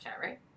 right